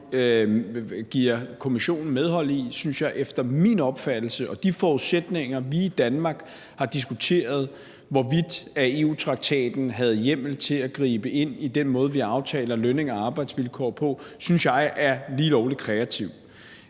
giver Kommissionen medhold i, efter min opfattelse og med de forudsætninger, hvor vi i Danmark har diskuteret, hvorvidt der i EU-traktaten er hjemmel til at gribe ind i den måde, som vi aftaler lønninger og arbejdsvilkår på, er lige lovlig kreativ.